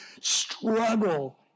struggle